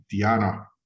Diana